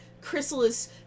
chrysalis